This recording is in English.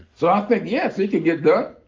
so i think, yes, it can get done.